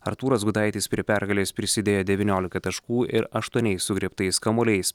artūras gudaitis prie pergalės prisidėjo devyniolika taškų ir aštuoniais sugriebtais kamuoliais